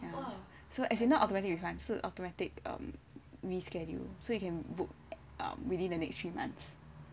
ya so as in not automatic refund 是 automatic um reschedule so you can book um within the next three months